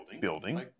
building